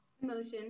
Motion